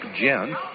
Jen